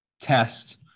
test